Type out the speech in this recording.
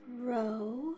row